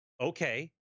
Okay